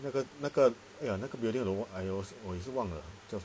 那个那个 !aiya! 那个 building 我也我也是忘了叫什么